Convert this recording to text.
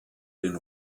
den